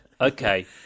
okay